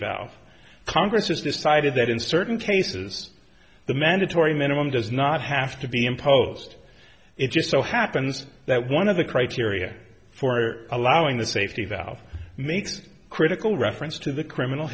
valve congress has decided that in certain cases the mandatory minimum does not have to be imposed it just so happens that one of the criteria for allowing the safety valve makes a critical reference to the criminal